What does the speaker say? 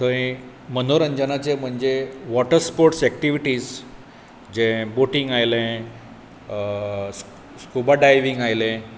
थंय मनोरंजनाचे म्हणजे थंय वॉटर स्पोर्टस एकटिविटीज जे बोटींग आयलें स्कुबा डायविंग आयलें